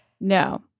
no